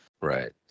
Right